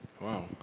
Wow